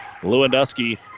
Lewandowski